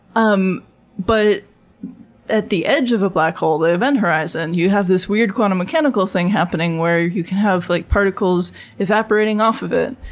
um but at the edge of a black hole the event horizon you have this weird quantum mechanical thing happening, where you can have like particles evaporating off of it,